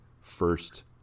first